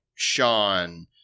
Sean